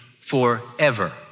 forever